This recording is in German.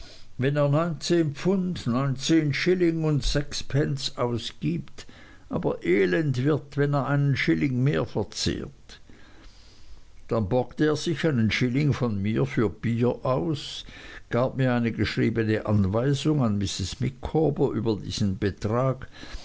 wenn er neunzehn pfund neunzehn schilling und sechs pence ausgibt aber elend wird wenn er einen schilling mehr verzehrt dann borgte er sich einen schilling von mir für bier aus gab mir eine geschriebene anweisung an mrs micawber über diesen betrag